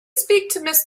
speak